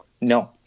No